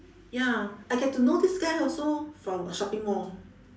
ya I get to know this guy also from a shopping mall